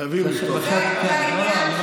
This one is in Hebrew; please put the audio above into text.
חייבים לפתוח את זה.